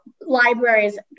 libraries